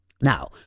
Now